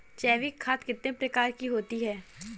जैविक खाद कितने प्रकार की होती हैं?